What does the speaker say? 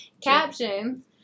captions